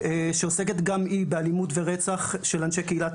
שעוסקת גם היא באלימות ורצח של אנשי קהילת